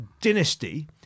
dynasty